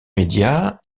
média